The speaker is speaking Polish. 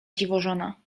dziwożona